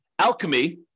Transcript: Alchemy